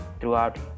throughout